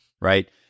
right